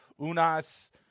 Unas